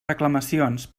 reclamacions